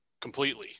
completely